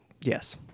Yes